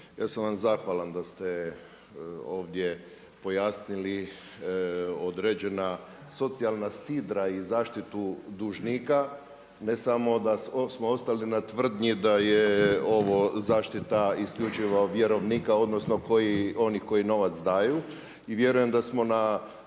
ja sam vam zahvalan da ste ovdje pojasnili određena socijalna sidra i zaštitu dužnika. Ne samo da smo ostali na tvrdnji da je ovo zaštita isključivo vjerovnika, odnosno onih koji novac daju i vjerujem da smo na